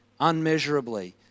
unmeasurably